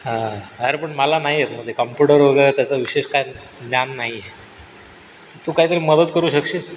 हां अरे पण मला नाही येत ना ते काम्प्युटर वगैरे त्याचा विशेष काय ज्ञान नाही आहे तू काहीतरी मदत करू शकशील